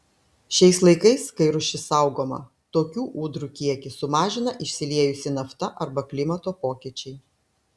šiais laikais kai rūšis saugoma tokių ūdrų kiekį sumažina išsiliejusi nafta arba klimato pokyčiai